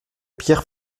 pierre